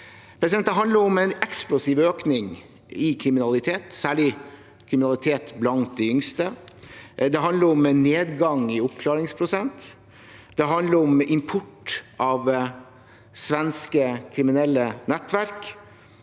Det handler om en eksplosiv økning i kriminalitet, særlig kriminalitet blant de yngste. Det handler om en nedgang i oppklaringsprosent. Det handler om import av svenske kriminelle nettverk.